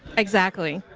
exactly.